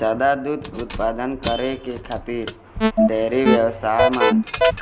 जादा दूद उत्पादन करे खातिर डेयरी बेवसाय म